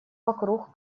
вокруг